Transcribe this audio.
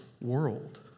world